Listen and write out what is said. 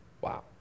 Wow